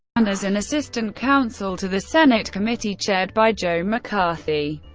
and as an assistant counsel to the senate committee chaired by joe mccarthy.